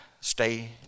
stay